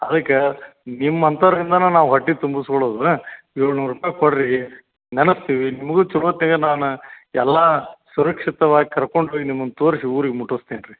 ಅದಕ್ಕೆ ನಿಮ್ಮಂಥವ್ರಿಂದಾನೇ ನಾವು ಹೊಟ್ಟೆ ತುಂಬಿಸ್ಕೊಳ್ಳೋದು ಏಳುನೂರು ರೂಪಾಯಿ ಕೊಡ್ರಿ ನೆನತ್ತೀವಿ ನಿಮಗೂ ಚಲೋ ನಾನು ಎಲ್ಲ ಸುರಕ್ಷಿತವಾಗಿ ಕರ್ಕೊಂಡು ಹೋಗಿ ನಿಮ್ಗೆ ತೊರಿಸಿ ಊರಿಗೆ ಮುಟ್ಟಸ್ತೀನಿ ರೀ